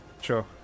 Sure